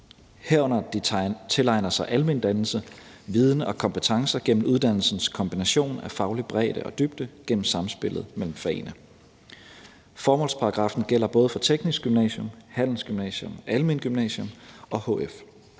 at de tilegner sig almendannelse, viden og kompetencer gennem uddannelsens kombination af faglig bredde og dybde og gennem samspillet mellem fagene.« Formålsparagraffen gælder både for teknisk gymnasium, handelsgymnasium, alment gymnasium og hf.